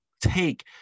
take